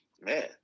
man